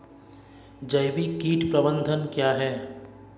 जैविक कीट प्रबंधन क्या है?